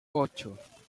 ocho